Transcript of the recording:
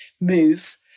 move